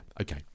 okay